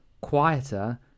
quieter